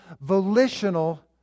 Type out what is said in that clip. volitional